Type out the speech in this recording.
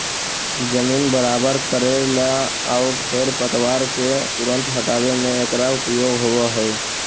जमीन बराबर कऽरेला आउ खेर पतवार के तुरंत हँटावे में एकरा उपयोग होवऽ हई